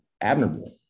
admirable